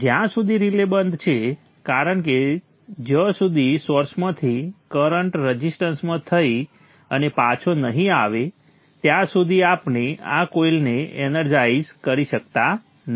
જ્યાં સુધી રિલે બંધ છે કારણ કે જ્યાં સુધી સોર્સમાંથી કરંટ રઝિસ્ટન્સમાં થઈ અને પાછો નહીં આવે ત્યાં સુધી આપણે આ કોઇલને એનર્જાઇઝ કરી શકતા નથી